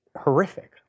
horrific